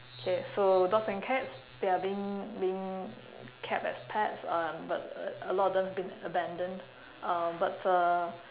K so dogs and cats they are being being kept as pets um but a lot of them been abandoned um but uh